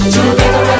Together